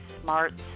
Smarts